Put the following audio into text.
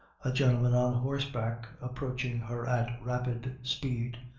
a gentleman, on horseback, approaching her at rapid speed.